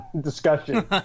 discussion